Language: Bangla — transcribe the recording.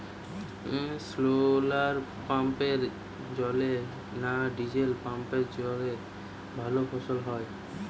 শোলার পাম্পের জলে না ডিজেল পাম্পের জলে ভালো ফসল হয়?